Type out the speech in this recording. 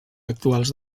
actuals